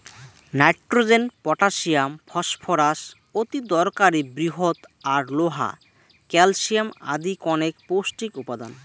nitrogen, potassium, phosphorus অতিদরকারী বৃহৎ আর লোহা, ক্যালশিয়াম আদি কণেক পৌষ্টিক উপাদান